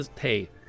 Hey